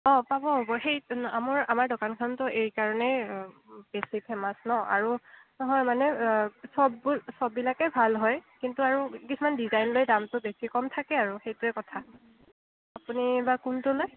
অঁ পাব পাব সেই আমাৰ আমাৰ দোকানখনটো এই কাৰণেই বেছি ফেমাছ ন আৰু নহয় মানে চববোৰ চববিলাকে ভাল হয় কিন্তু আৰু কিছুমান ডিজাইনলৈ দামটো বেছি কম থাকে আৰু সেইটোৱে কথা আপুনি বা কোনটো লয়